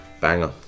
Banger